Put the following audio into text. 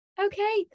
Okay